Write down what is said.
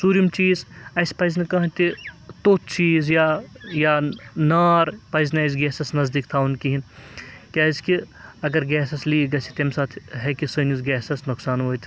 ژوٗرِم چیٖز اَسہِ پَزِ نہٕ کانٛہہ تہِ توٚت چیٖز یا یا نار پَزِ نہٕ اَسہِ گیسَس نَزدیٖک تھاوُن کِہیٖنۍ کیٛازِکہِ اگر گیسَس لیٖک گَژھِ تمہِ ساتہٕ ہیٚکہِ سٲنِس گیسَس نۄقصان وٲتِتھ